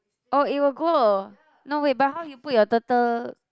oh it will go uh no wait but how you put your turtle